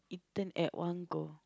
then at one go